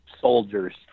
soldiers